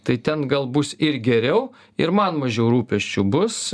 tai ten gal bus ir geriau ir man mažiau rūpesčių bus